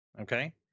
Okay